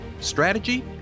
strategy